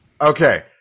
Okay